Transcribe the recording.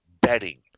betting